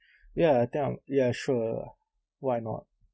ya I think I'm ya sure why not